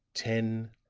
ten,